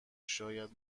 شاید